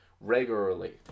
regularly